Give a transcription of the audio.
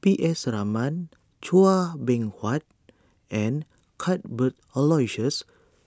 P S Raman Chua Beng Huat and Cuthbert Aloysius